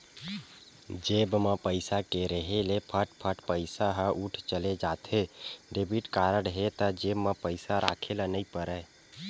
जेब म पइसा के रेहे ले फट फट पइसा ह उठत चले जाथे, डेबिट कारड हे त जेब म पइसा राखे ल नइ परय